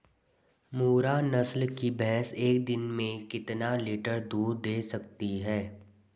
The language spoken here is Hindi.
मुर्रा नस्ल की भैंस एक दिन में कितना लीटर दूध दें सकती है?